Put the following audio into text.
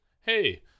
hey